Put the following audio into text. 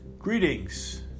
Greetings